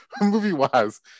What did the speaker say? movie-wise